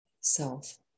self